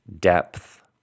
depth